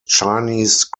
chinese